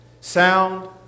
Sound